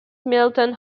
milton